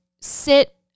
sit